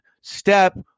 step